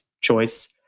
choice